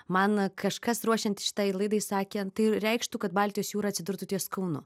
man kažkas ruošiant šitai laidai sakė tai reikštų kad baltijos jūra atsidurtų ties kaunu